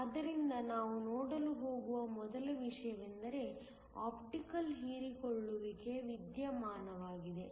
ಆದ್ದರಿಂದ ನಾವು ನೋಡಲು ಹೋಗುವ ಮೊದಲ ವಿಷಯವೆಂದರೆ ಆಪ್ಟಿಕಲ್ ಹೀರಿಕೊಳ್ಳುವಿಕೆಯ ವಿದ್ಯಮಾನವಾಗಿದೆ